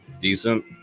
decent